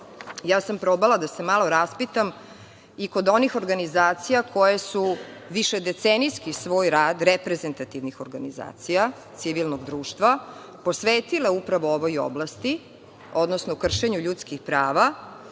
probala sam da se malo raspitam i kod onih organizacija koje su višedecenijski svoj rad reprezentativnih organizacija, civilnog društva, posvetila, upravo ovoj oblasti, odnosno kršenju ljudskih prava